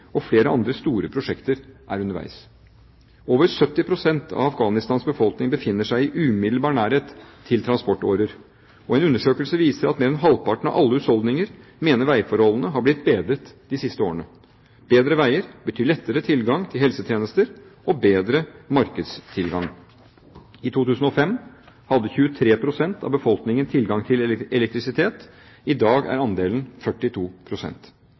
og flere andre store prosjekter er underveis. Over 70 pst. av Afghanistans befolkning befinner seg i umiddelbar nærhet til transportårer, og en undersøkelse viste at mer enn halvparten av alle husholdninger mener veiforholdene er blitt bedret de siste årene. Bedre veier betyr lettere tilgang til helsetjenester og bedre markedstilgang. I 2005 hadde 23 pst. av befolkningen tilgang til elektrisitet. I dag er andelen